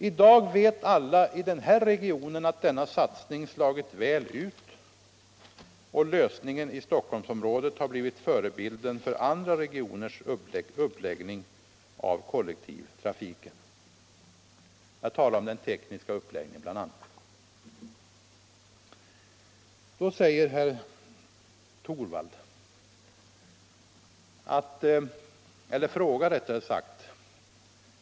I dag vet alla i den här regionen att denna satsning slagit väl ut, och lösningen i Stockholmsområdet har blivit förebilden för andra regioners uppläggning av kollektivtrafiken — jag talar då bl.a. om den tekniska uppläggningen.